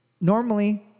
Normally